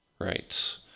right